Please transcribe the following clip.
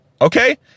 okay